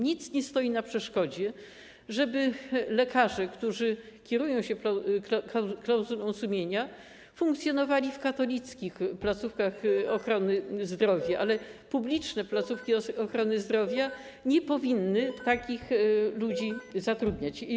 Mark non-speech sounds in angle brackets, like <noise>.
Nic nie stoi na przeszkodzie, żeby lekarze, którzy kierują się klauzulą sumienia, funkcjonowali w katolickich placówkach ochrony zdrowia, <noise> ale publiczne placówki ochrony zdrowia nie powinny takich ludzi zatrudniać.